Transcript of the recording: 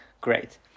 great